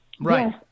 right